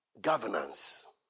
governance